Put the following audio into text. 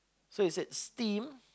so he said steam